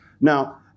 Now